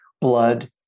blood